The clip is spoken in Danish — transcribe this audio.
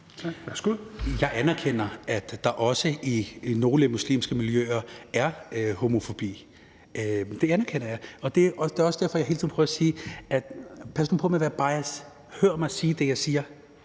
Jeg anerkender, at der også i nogle muslimske miljøer er homofobi, det anerkender jeg, og det er også derfor, jeg hele tiden prøver at sige: Pas nu på med at være biased; hør mig sige det, jeg siger.